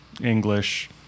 English